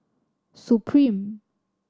supreme